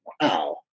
wow